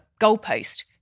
goalpost